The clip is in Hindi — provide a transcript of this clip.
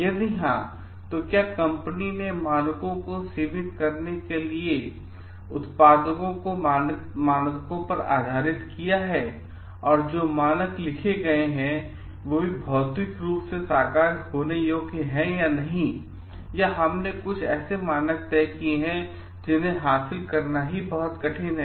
यदि हाँ तो क्या कंपनी ने मानकों को सीमित करने के अनुसार उत्पादों को मानकों पर आधारित करके किया हैं और जो मानक लिखे गए हैं वे भी भौतिक रूप से साकार होने योग्य हैं या नहीं क्या हमने कुछ मानक तय किए हैं जिन्हें हासिल करना बहुत कठिन है